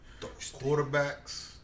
quarterbacks